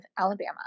Alabama